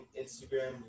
Instagram